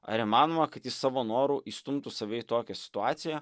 ar įmanoma kad jis savo noru įstumtų save į tokią situaciją